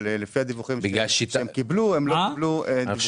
אבל לפי הדיווחים שהם קיבלו --- אני חושב